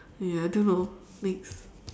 ya I don't know next